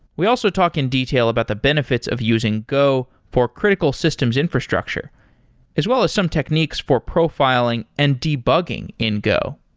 we also talk in detail about the benefits of using go for critical systems infrastructure as well as some techniques for profiling and debugging in go.